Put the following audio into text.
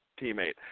teammate